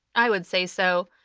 i would say so.